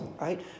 right